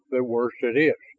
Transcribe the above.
the worse it is.